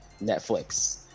Netflix